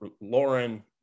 lauren